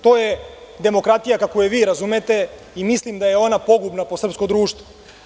To je demokratija kako je vi razumete i mislim da je ona pogubna po srpsko društvo.